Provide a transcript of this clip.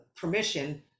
permission